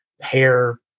hair